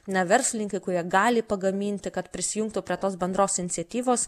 na verslininkai kurie gali pagaminti kad prisijungtų prie tos bendros iniciatyvos